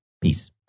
Peace